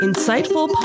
Insightful